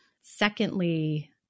Secondly